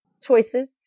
choices